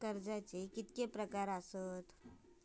कर्जाचे किती प्रकार असात?